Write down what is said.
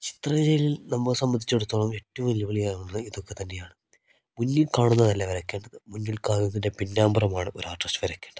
ചിത്രരനയിൽ നമ്മെ സംബന്ധിച്ചിടത്തോളം ഏറ്റവും വെല്ലുവിളിയാകുന്നത് ഇതൊക്കെ തന്നെയാണ് മുന്നിൽ കാണുന്നതല്ല വരയ്ക്കേണ്ടത് മുന്നിൽ കാണുന്നതിൻ്റെ പിന്നാമ്പുറമാണ് ഒരു ആർടിസ്റ്റ് വരയ്ക്കേണ്ടത്